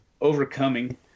overcoming